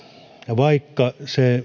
vaikka se